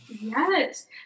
Yes